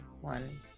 one